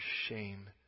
shame